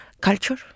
culture